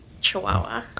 chihuahua